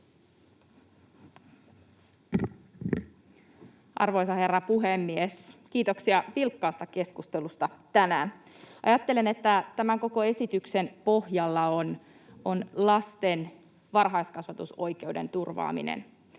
Arvoisa herra puhemies! Kiitoksia vilkkaasta keskustelusta tänään. Ajattelen, että tämän koko esityksen pohjalla on lasten varhaiskasvatusoikeuden turvaaminen.